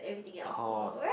orh hor